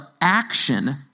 action